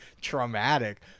traumatic